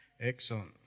Excellent